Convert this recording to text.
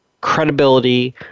credibility